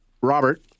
Robert